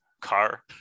car